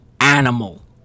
animal